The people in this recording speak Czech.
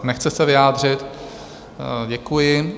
Nechce se vyjádřit, děkuji.